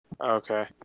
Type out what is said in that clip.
Okay